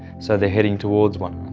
so they are heading towards one